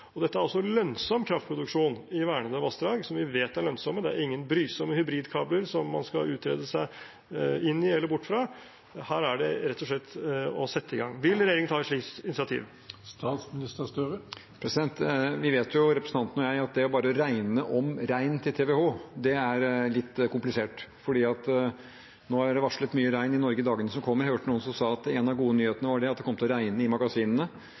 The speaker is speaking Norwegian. Dette er altså lønnsom kraftproduksjon i vernede vassdrag, som vi vet er lønnsomme, det er ingen brysomme hybridkabler som man skal utrede seg inn i eller bort fra. Her er det rett og slett å sette i gang. Vil regjeringen ta et slikt initiativ? Representanten og jeg vet jo at det bare å regne om regn til TWh er litt komplisert. Nå er det varslet mye regn i Norge i dagene som kommer. Jeg hørte noen som sa at en av de gode nyhetene var at det kom til å regne i magasinene.